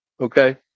Okay